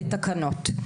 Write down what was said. בתקנות.